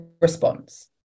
response